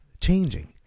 changing